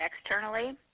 externally